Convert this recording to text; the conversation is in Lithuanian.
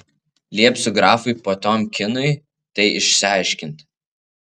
liepsiu grafui potiomkinui tai išsiaiškinti